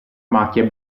macchia